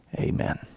Amen